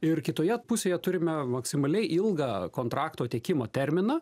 ir kitoje pusėje turime maksimaliai ilgą kontrakto tiekimo terminą